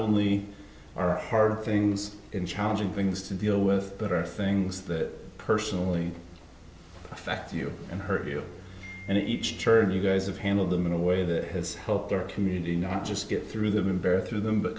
only are hard things in challenging things to deal with but are things that personally affect you and hurt you and each turn you guys have handled them in a way that has helped their community not just get through the member through them but